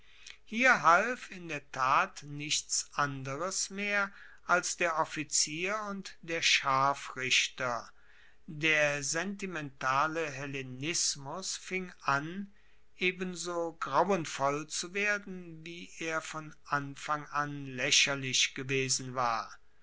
hier half in der tat nichts anderes mehr als der offizier und der scharfrichter der sentimentale hellenismus fing an ebenso grauenvoll zu werden wie er von anfang an laecherlich gewesen war